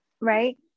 right